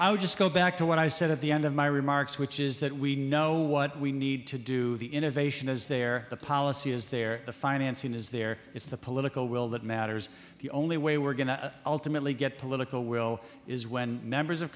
i'll just go back to what i said at the end of my remarks which is that we know what we need to do the innovation is there the policy is there the financing is there it's the political will that matters the only way we're going to ultimately get political will is when members of